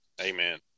Amen